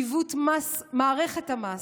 עיוות מערכת המס.